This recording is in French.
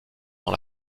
dans